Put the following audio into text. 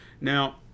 Now